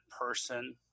person